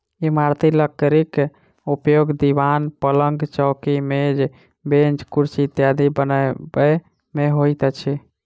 इमारती लकड़ीक उपयोग दिवान, पलंग, चौकी, मेज, बेंच, कुर्सी इत्यादि बनबय मे होइत अछि